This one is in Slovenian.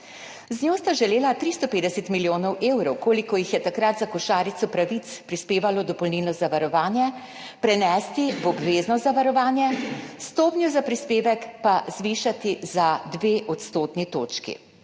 Z njo sta želela 350 milijonov evrov, kolikor jih je takrat za košarico pravic prispevalo dopolnilno zavarovanje, prenesti v obvezno zavarovanje, stopnjo za prispevek pa zvišati za dve odstotni točki.